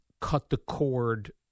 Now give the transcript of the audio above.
cut-the-cord